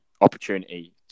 opportunity